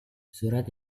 surat